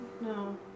No